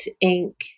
ink